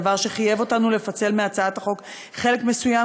דבר שחייב אותנו לפצל מהצעת החוק חלק מסוים,